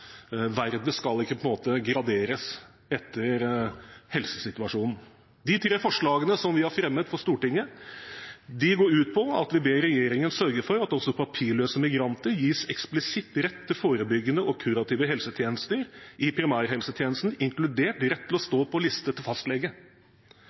skal ikke graderes etter helsesituasjonen. De tre forslagene som vi har fremmet for Stortinget, går ut på at vi ber regjeringen sørge for at også papirløse migranter gis eksplisitt rett til forebyggende og kurative helsetjenester i primærhelsetjenesten, inkludert rett til å